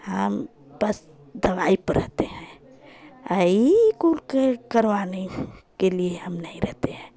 हम बस दवाई पर रहते हैं ये कौन करवाने के लिए हम नहीं रहते हैं